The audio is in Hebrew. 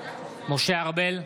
משה ארבל,